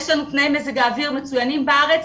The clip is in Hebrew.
יש לנו תנאי מזג אויר מצוינים בארץ,